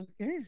Okay